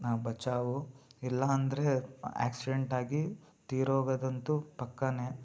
ನಾವು ಬಚಾವು ಇಲ್ಲಾಂದರೆ ಆ್ಯಕ್ಸಿಡೆಂಟಾಗಿ ತೀರೋಗೋದಂತು ಪಕ್ಕಾ